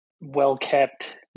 well-kept